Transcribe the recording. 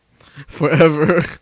Forever